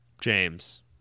James